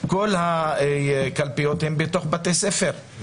כל הקלפיות הן בתוך בתי ספר,